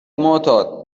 معتاد